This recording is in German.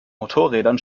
motorrädern